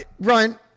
Ryan